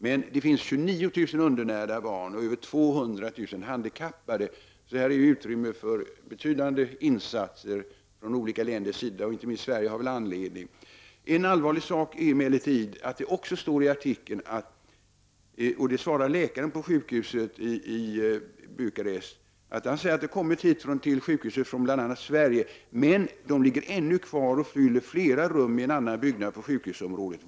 Men det finns 29 000 undernärda barn och över 200 000 handikappade barn, så här finns det utrymme för betydande insatser från olika länder och inte minst från Sverige. En allvarlig sak som också tas upp i artikeln är att de hjälpsändningar som kommit till sjukhuset, från bl.a. Sverige, ännu ligger kvar och fyller flera rum i en byggnad på sjukhusområdet. Denna uppgift har lämnats av läkaren på sjukhuset i Bukarest.